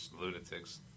lunatics